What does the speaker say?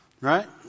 Right